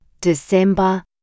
December